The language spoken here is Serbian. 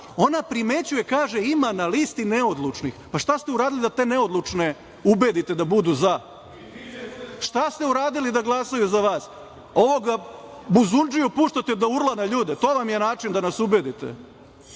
ona primećuje, kaže - ima na listi neodlučnih, pa šta ste uradili da te neodlučne ubedite da budu za? Šta se uradili da glasaju za vas? Ovog buzundžiju puštate da urla na ljude? To vam je način da nas ubedite?